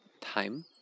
time